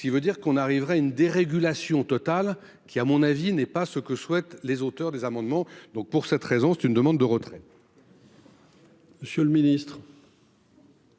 ce qui veut dire qu'on arrivera à une dérégulation totale qui à mon avis n'est pas ce que souhaitent les auteurs des amendements donc pour cette raison, c'est une demande de retrait. Monsieur le ministre.--